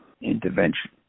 intervention